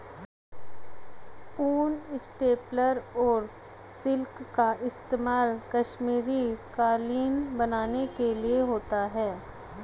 ऊन, स्टेपल और सिल्क का इस्तेमाल कश्मीरी कालीन बनाने के लिए होता है